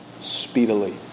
speedily